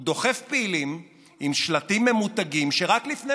הוא דוחף פעילים עם שלטים ממותגים שרק לפני